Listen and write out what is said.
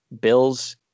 Bills